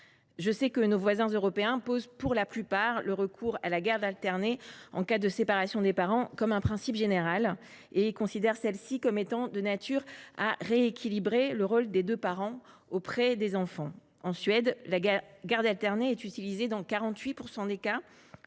plupart de nos voisins européens établissent le recours à la garde alternée en cas de séparation des parents en principe général. Ils considèrent celle ci comme étant de nature à rééquilibrer le rôle des deux parents auprès des enfants. En Suède, la garde alternée est ainsi ordonnée dans 48 % des cas.